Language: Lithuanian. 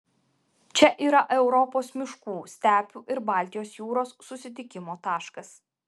čia yra europos miškų stepių ir baltijos jūros susitikimo taškas